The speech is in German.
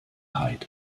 heydt